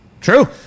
True